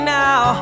now